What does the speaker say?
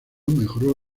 mejoró